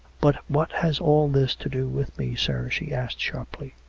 but what has all this to do with me, sir? she asked sharply.